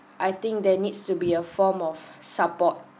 I think there needs to be a form of support